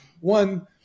one